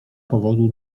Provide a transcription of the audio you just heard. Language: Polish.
powodu